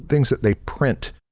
things that they print,